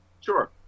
Sure